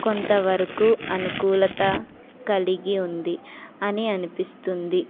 కొంతవరకు అనుకూలత కలిగి ఉంది అని అనిపిస్తుంది